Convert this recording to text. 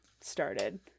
started